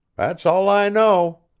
that's all i know.